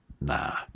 Nah